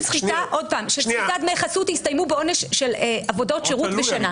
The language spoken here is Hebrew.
סחיטת דמי חסות הסתיימו בעונש של עבודות שירות בשנה?